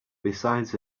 besides